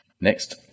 Next